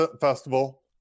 festival